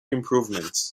improvements